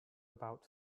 about